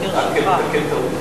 רק לתקן טעות.